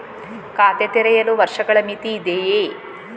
ಖಾತೆ ತೆರೆಯಲು ವರ್ಷಗಳ ಮಿತಿ ಇದೆಯೇ?